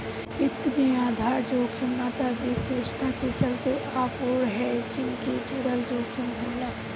वित्त में आधार जोखिम ना त विशेषता के चलते अपूर्ण हेजिंग से जुड़ल जोखिम होला